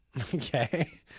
Okay